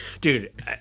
Dude